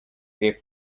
gave